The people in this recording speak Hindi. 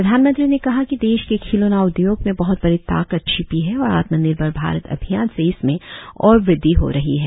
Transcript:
प्रधानमंत्री ने कहा कि देश के खिलौना उद्योग में बह्त बड़ी ताकत छिपी है और आत्मनिर्भर भारत अभियान से इसमें और वृद्धि हो रही है